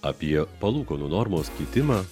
apie palūkanų normos kitimą